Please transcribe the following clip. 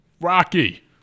rocky